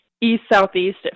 East-southeast